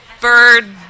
bird